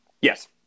Yes